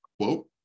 quote